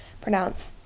pronounce